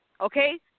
okay